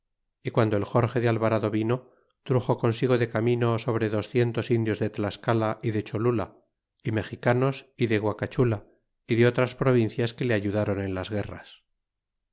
y guando el jorge de alvarado vino truxo consigo de camino sobre docientos indios de tlascala y de cholnla y mexicanos y de guacachula y de otras provincias que te ayeulron en las guerras